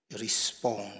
respond